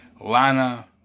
Lana